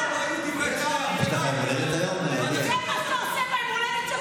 מירב, יש לו היום יום הולדת.